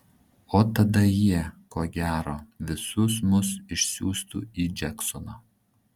o tada jie ko gero visus mus išsiųstų į džeksoną